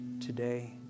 today